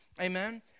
Amen